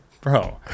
bro